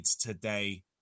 today